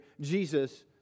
Jesus